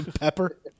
Pepper